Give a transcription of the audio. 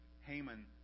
Haman